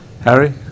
Harry